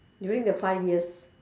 during the five years